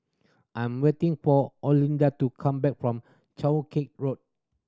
I'm waiting for Olinda to come back from Cheow Kee Road